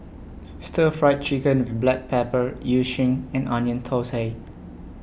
Stir Fried Chicken with Black Pepper Yu Sheng and Onion Thosai